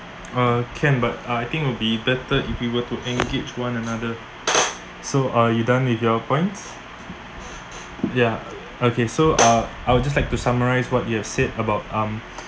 uh can but I think would be better if you were to engage one another so are you done with your points ya okay so uh I would just like to summarise what you have said about um